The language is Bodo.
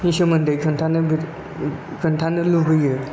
नि सोमोन्दै खोन्थानो खोन्थानो लुबैयो